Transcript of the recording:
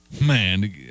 Man